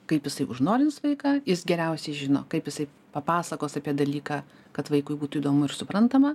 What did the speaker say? kaip jisai užnorins vaiką jis geriausiai žino kaip jisai papasakos apie dalyką kad vaikui būtų įdomu ir suprantama